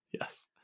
Yes